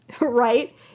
Right